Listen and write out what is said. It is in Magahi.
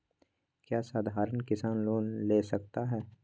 क्या साधरण किसान लोन ले सकता है?